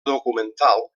documental